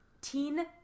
teen